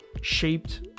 shaped